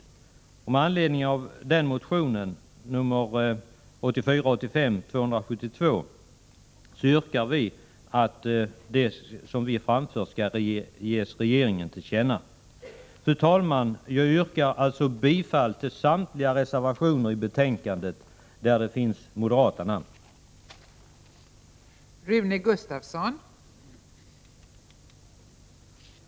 Detta bör med anledning av motion 272 ges regeringen till känna. Fru talman! Jag yrkar bifall till samtliga de reservationer till detta betänkande där moderata namn förekommer.